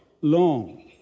long